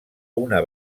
una